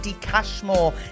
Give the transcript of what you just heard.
Cashmore